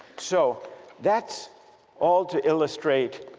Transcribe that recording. so that's all to illustrate